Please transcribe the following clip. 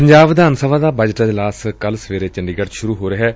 ਪੰਜਾਬ ਵਿਧਾਨ ਸਭਾ ਦਾ ਬਜਟ ਅਜਲਾਸ ਕੱਲੁ ਸਵੇਰੇ ਚੰਡੀਗੜੁ ਚ ਸੂਰੂ ਹੋ ਰਿਹੈ